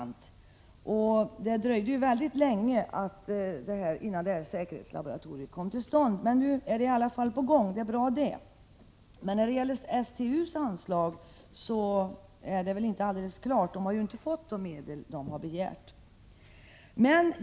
Det dröjde länge innan beslut fattades om säkerhetslaboratoriet, men nu är ett sådant i alla fall på gång, och det är bra. Däremot är det inte klart hur det blir med anslaget till STU, som ju inte har fått de medel som begärts.